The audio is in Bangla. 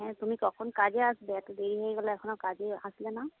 হ্যাঁ তুমি কখন কাজে আসবে এতো দেরি হয়ে গেলো এখনও কাজে আসলে না